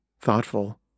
thoughtful